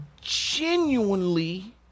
genuinely